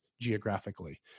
geographically